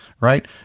Right